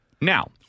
Now